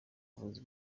buvuzi